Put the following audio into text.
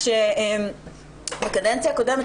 כשבקדנציה הקודמת,